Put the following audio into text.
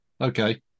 Okay